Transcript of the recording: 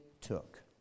took